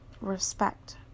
respect